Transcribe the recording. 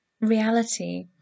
reality